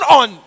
on